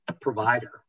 provider